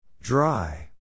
Dry